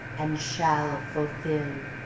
and shall fulfil.